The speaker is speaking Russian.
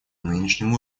нынешнем